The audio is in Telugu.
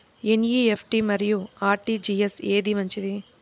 ఎన్.ఈ.ఎఫ్.టీ మరియు అర్.టీ.జీ.ఎస్ ఏది మంచిది?